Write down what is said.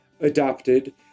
adopted